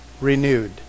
renewed